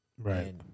Right